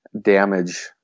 damage